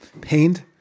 pained